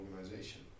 organization